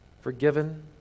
Forgiven